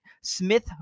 Smith